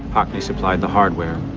hockney supplied the hardware.